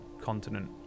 continent